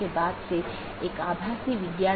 यह कनेक्टिविटी का तरीका है